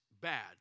bad